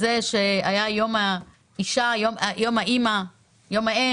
שהיה יום האישה, יום האם,